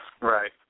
Right